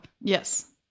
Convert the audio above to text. Yes